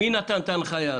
מי נתן את ההנחיה הזו?